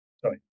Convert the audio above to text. Sorry